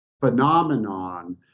phenomenon